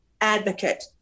advocate